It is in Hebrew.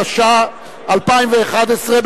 התשע"א 2011,